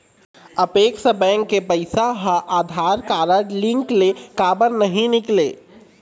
Apex bank के पैसा हा आधार कारड लिंक ले काबर नहीं निकले?